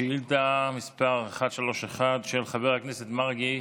שאילתה דחופה מס' 131, של חבר הכנסת מרגי.